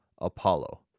Apollo